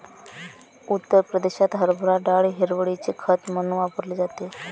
उत्तर प्रदेशात हरभरा डाळ हिरवळीचे खत म्हणून वापरली जाते